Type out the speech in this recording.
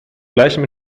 gleichem